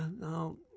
no